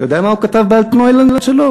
אתה יודע מה הוא כתב ב"אלטנוילנד" שלו?